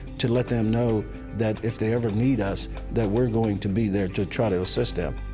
to let them know that if they ever need us that we're going to be there to try to assist them.